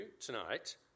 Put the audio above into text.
tonight